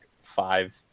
five